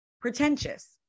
pretentious